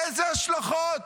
איזה הלשכות